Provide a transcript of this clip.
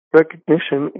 recognition